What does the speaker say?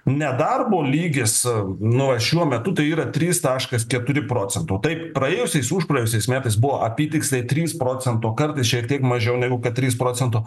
nedarbo lygis nu šiuo metu tai yra trys taškas keturi procentų taip praėjusiais užpraėjusiais metus buvo apytiksliai trys procento kartais šiek tiek mažiau negu kad trys procento